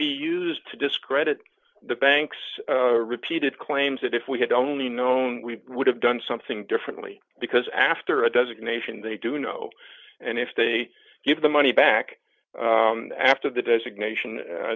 be used to discredit the banks repeated claims that if we had only known we would have done something differently because after a designation they do know and if they give the money back after the designat